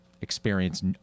experience